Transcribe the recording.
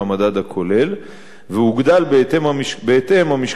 והוגדל בהתאם המשקל של מדד המחירים לצרכן.